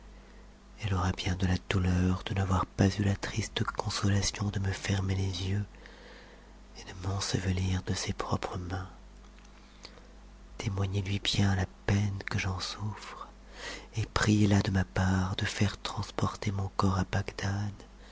elle aura bien de la doutcur de n'avoir pas eu la triste consolation de me fermer les yeux et de f m'ensevefir de ses propres mains témoignez lui bien la peine que j'en souffre et priez-la de ma part de faire transporter mon corps